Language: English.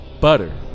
Butter